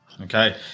okay